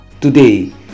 Today